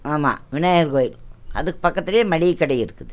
ஆமாம் விநாயகர் கோவில் அதுக்கு பக்கத்தில் மளிகை கடை இருக்குது